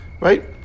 Right